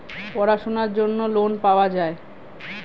পড়াশোনার জন্য লোন পাওয়া যায়